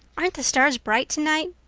aren't the stars bright tonight?